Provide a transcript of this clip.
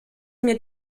mir